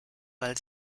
weil